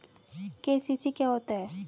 KCC क्या होता है?